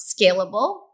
scalable